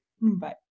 Bye